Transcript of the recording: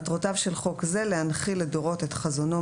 מטרות 1. מטרותיו של חוק זה להנחיל לדורות את חזונו,